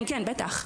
כן, בטח.